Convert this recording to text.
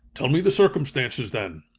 tell me the circumstances, then.